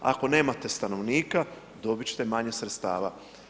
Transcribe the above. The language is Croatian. Ako nemate stanovnika, dobit ćete manje sredstava.